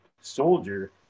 soldier